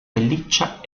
pelliccia